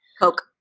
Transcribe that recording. Coke